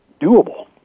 doable